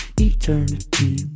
Eternity